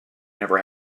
never